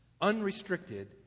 Unrestricted